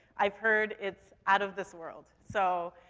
i've heard it's out of this world. so,